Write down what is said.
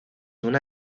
una